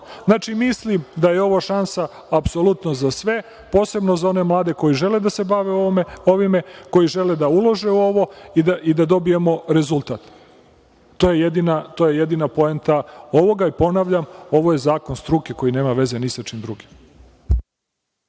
toga. Znači, mislim da je ovo šansa apsolutno za sve, posebno za one mlade koji žele da se bave ovim, koji žele da ulažu u ovo i da dobijemo rezultat. To je jedina poenta ovoga. Ponavljam, ovo je zakon struke koji nema veze ni sa čim drugim.